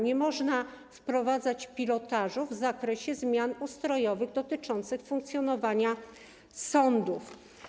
Nie można wprowadzać pilotażu w zakresie zmian ustrojowych dotyczących funkcjonowania sądów.